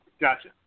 Gotcha